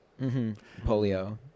polio